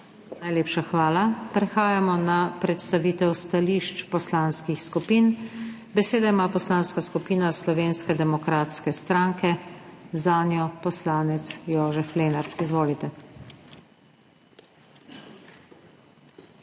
Najlepša hvala. Prehajamo na predstavitev stališč poslanskih skupin. Besedo ima Poslanska skupina Slovenske demokratske stranke, zanjo poslanec Jožef Lenart. Izvolite.